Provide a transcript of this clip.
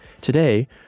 Today